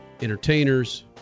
entertainers